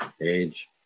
age